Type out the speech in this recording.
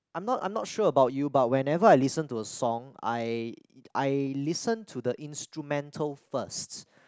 I'm not I'm not sure about you but whenever I listen to a song I I listen to the instrumental first